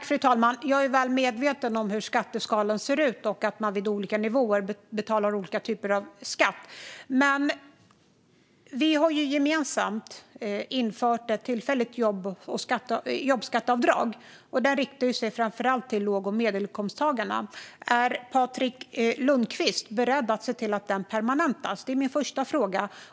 Fru talman! Jag är väl medveten om hur skatteskalan ser ut och att man vid olika inkomstnivåer betalar olika typer av skatt. Vi har gemensamt infört ett tillfälligt jobbskatteavdrag, och det riktar sig framför allt till låg och medelinkomsttagarna. Är Patrik Lundqvist beredd att se till att det permanentas? Det är min första fråga.